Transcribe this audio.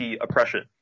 oppression